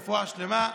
רפואה שלמה.